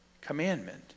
commandment